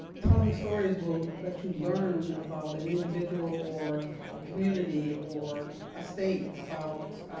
telling stories will let you learn about an individual or a community or a state about,